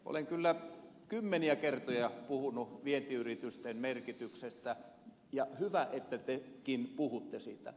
olen kyllä kymmeniä kertoja puhunut vientiyritysten merkityksestä ja hyvä että tekin puhutte siitä